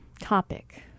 topic